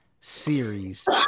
series